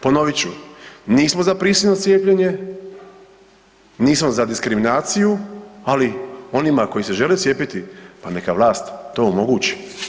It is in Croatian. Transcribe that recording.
Ponovit ću, nismo za prisilno cijepljenje, nismo za diskriminaciju, ali onima koji se žele cijepiti pa neka vlast to omogući.